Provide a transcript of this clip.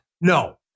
No